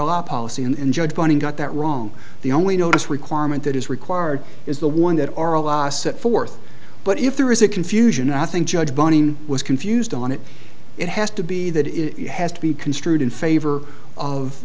allowed policy and judge bunning got that wrong the only notice requirement that is required is the one that oral law set forth but if there is a confusion i think judge bunning was confused on it it has to be that is has to be construed in favor of